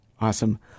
awesome